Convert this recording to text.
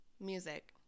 music